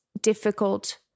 difficult